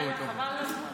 כל הכבוד.